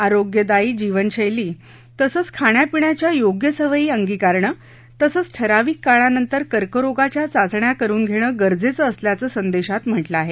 आरोग्यादायी जीवनशैली तसंच खाण्यापिण्याच्या योग्य सवयी अंगीकारण तसंच ठराविक काळानंतर कर्करोगाच्या चाचण्या करुन घेणं गरजेचं असल्याचं संदेशात म्हटलं आहे